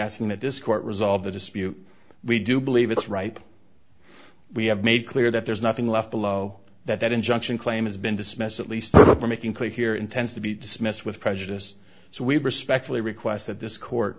asking that this court resolve the dispute we do believe it's right we have made clear that there's nothing left below that that injunction claim has been dismissed at least not for making clear here intends to be dismissed with prejudice so we respectfully request that this court